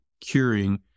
curing